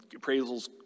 appraisals